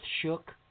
shook